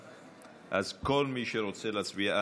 אז כל מי שרוצה להצביע,